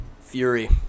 Fury